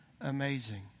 amazing